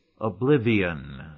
oblivion